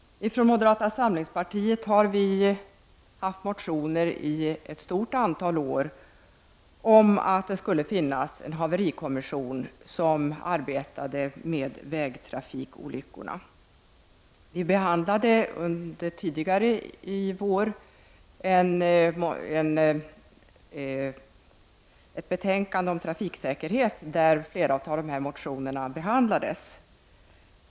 Från moderata samlingspartiet har vi i ett stort antal år haft motioner om att det skulle finnas en haverikommission som arbetade med vägtrafikolyckorna. Riksdagen behandlade tidigare i vår ett betänkande om trafiksäkerhet, där flera av dessa motioner ingick.